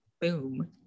Boom